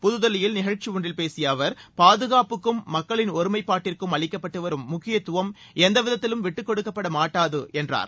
புதுதில்லியில் நிகழ்ச்சி ஒன்றில் பேசிய அவர் பாதுகாப்புக்கும் மக்களின் ஒருமைப்பாட்டிற்கும் அளிக்கப்பட்டு வரும் முக்கியத்துவம் எந்தவிதத்திலும் விட்டுக்கொடுக்கப்பட மாட்டாது என்றார்